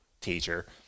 teacher